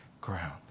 ground